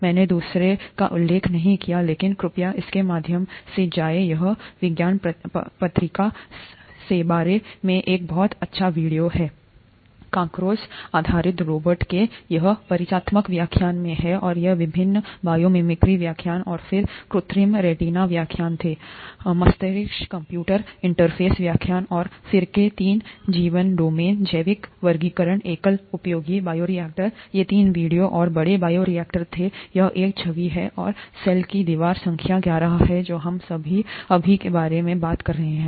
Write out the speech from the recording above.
मैंने दूसरे का उल्लेख नहीं किया लेकिन कृपया इसके माध्यम से जाएं यह विज्ञान पत्रिका सेबारे में एक बहुत अच्छा वीडियो है कॉकरोच आधारित रोबोट के यह परिचयात्मक व्याख्यान में है और ये विभिन्न बायोमिमिक्री व्याख्यान और फिर कृत्रिम रेटिना व्याख्यान थे मस्तिष्क कंप्यूटर इंटरफ़ेस व्याख्यान और फिरके तीन जीवनडोमेन जैविक वर्गीकरण एकल उपयोग बायोरिएक्टर ये तीन वीडियो और बड़े बायोरिएक्टर थे यह एक छवि है और सेल की दीवार संख्या ग्यारह है जो हम अभी के बारे में बात कर रहे हैं